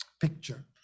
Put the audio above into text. picture